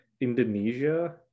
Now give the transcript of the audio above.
indonesia